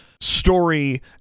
story